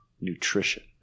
nutrition